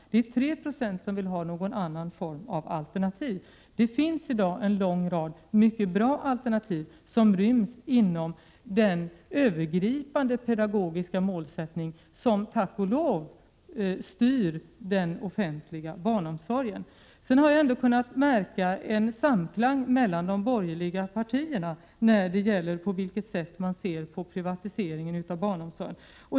3 26 vill ha någon form av alternativ. Det finns i dag en lång rad mycket bra alternativ som ryms inom den övergripande pedagogiska målsättning som, tack och lov, styr den offentliga barnomsorgen. Jag har ändå kunnat märka en samklang mellan de borgerliga partierna när det gäller synen på en privatisering av barnomsorgen.